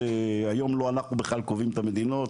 היום לא אנחנו בכלל קובעים את המדינות,